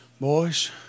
boys